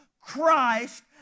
Christ